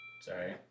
sorry